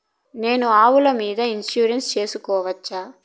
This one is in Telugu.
నేను ఆవుల మీద ఇన్సూరెన్సు సేసుకోవచ్చా?